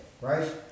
right